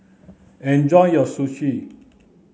enjoy your Sushi